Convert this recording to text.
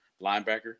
linebacker